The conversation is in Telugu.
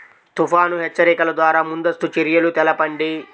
తుఫాను హెచ్చరికల ద్వార ముందస్తు చర్యలు తెలపండి?